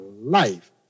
life